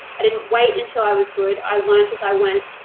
i didn't wait until i was good. i learned as i went,